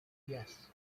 yes